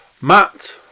Matt